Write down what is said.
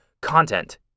content